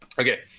Okay